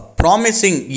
promising